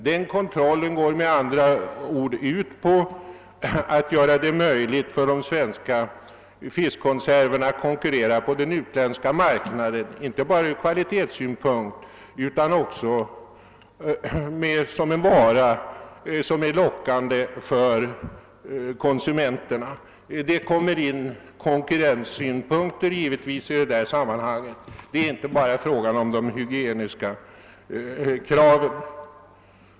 Den kontrollen går, med andra ord, ut på att göra det möjligt för de svenska fiskkonserverna att konkurrera på den utländska marknaden inte bara ur kvalitetssynpunkt utan också såsom varor, lockande för konsumenterna. I det sammanhanget kommer :konkurrenssynpunkter givetvis in. Det är inte bara en fråga om de hygieniska kraven.